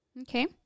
Okay